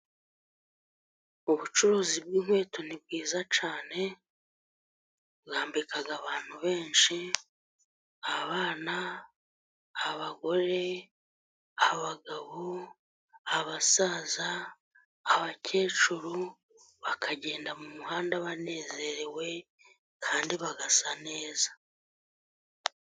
Ubucuruzi bw'inkweto ni bwiza cyane bwambika abantu benshi, abana ,abagore ,abagabo, abasaza, abakecuru, bakagenda mu muhanda banezerewe kandi basa neza.